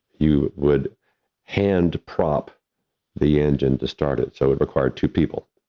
you would hand prop the engine to start it, so it required two people.